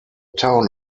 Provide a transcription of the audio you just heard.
town